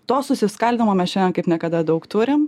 to susiskaldymo mes šiandien kaip niekada daug turim